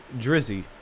drizzy